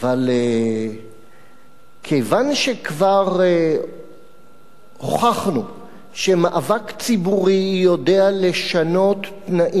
אבל כיוון שכבר הוכחנו שמאבק ציבורי יודע לשנות תנאים